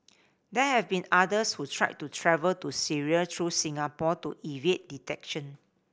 there have been others who tried to travel to Syria through Singapore to evade detection